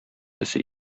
төсе